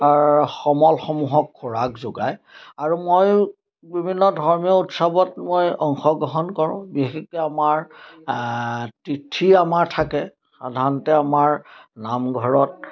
সমলসমূহক খোৰাক যোগায় আৰু মই বিভিন্ন ধৰ্মীয় উৎসৱত মই অংশগ্ৰহণ কৰোঁ বিশেষকে আমাৰ তিথি আমাৰ থাকে সাধাৰণতে আমাৰ নামঘৰত